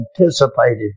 anticipated